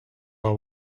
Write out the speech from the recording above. are